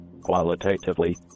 qualitatively